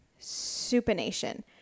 supination